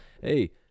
hey